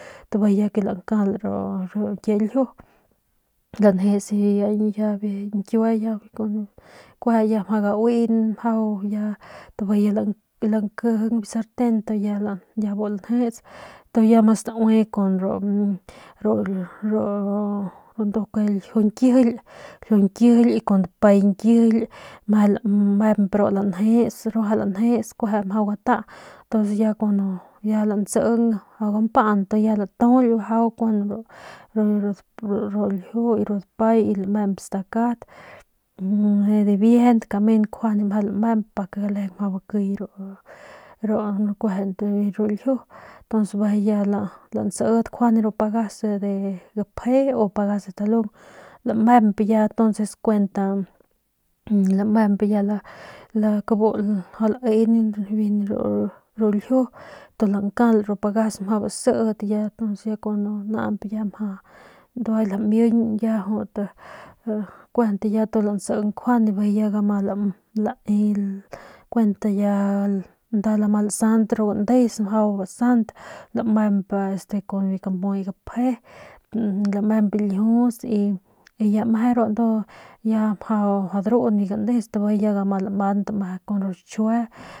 Y bijiy ya lankal ru ñkie ljiu lanjes ya biu ñkiue ya mjau gaueng mjau ya bijiy ke ya lankijing biu sarten ya bu lanjes tu ya ma staui kun ru ru nduk ljiu nkijily y kun dapay nkijily meje lamep ru lanjes ruaja lanjes kueje mjau gata ntonces ya cuando ya lantsing ya mjau gampan ya mjau latujuly mjau kun ru ru ljiu dapay y lamemp stakat dibiejent kamen kjuande meje lamemp pake gulejeng mjau bakiy ru kueje ru ljiu ntuns lasit kjuande ru pagas de gapje u pagas de talung lamemp ya tonces kuent lamemep ya kubu lain ru ljiu ntu lankal ru pagas mjau basit ya cun naañp kuandu ya bandua lamiñ ya jut kuent ya lantsing kjuande bijiy ya lama lae kuent ya lama lasant ru gandes mjau lamemp kun este kun biu npuy gapje lamemp ljius y ya meje ru ya mjau ndrun biu gandes bijiy ya ma lamant meje kun ru xichjue.